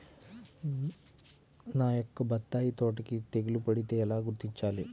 నా యొక్క బత్తాయి తోటకి తెగులు పడితే ఎలా గుర్తించాలి?